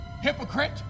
Hypocrite